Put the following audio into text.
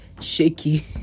shaky